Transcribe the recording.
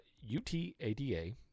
U-T-A-D-A